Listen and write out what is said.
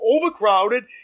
overcrowded